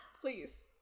Please